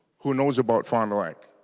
who knows about farmland